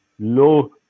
low